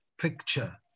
picture